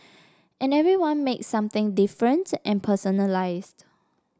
and everyone makes something different and personalised